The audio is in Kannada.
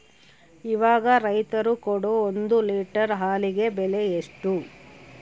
ಇವಾಗ ರೈತರು ಕೊಡೊ ಒಂದು ಲೇಟರ್ ಹಾಲಿಗೆ ಬೆಲೆ ಎಷ್ಟು?